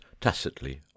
tacitly